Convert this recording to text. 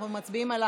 אנחנו מצביעים אם